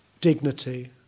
dignity